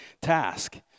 task